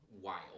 wild